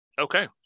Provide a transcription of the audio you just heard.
Okay